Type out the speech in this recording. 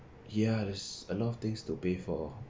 ya there's a lot of things to pay for